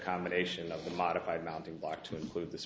combination of the modified mounting block to include this